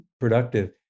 productive